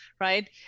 right